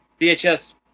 VHS